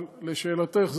אבל לשאלתך,